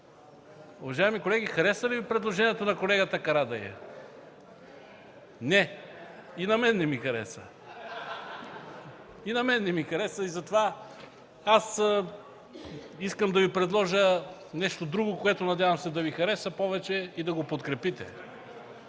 уважаеми колеги, харесва ли Ви предложението на колегата Карадайъ? Не. И на мен не ми харесва. (Смях.) И на мен не ми харесва и затова аз искам да Ви предложа нещо друго, което се надявам да Ви хареса повече и да го подкрепите.